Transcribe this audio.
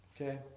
Okay